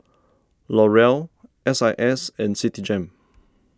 L'Oreal S I S and Citigem